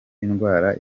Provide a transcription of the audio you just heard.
ndwara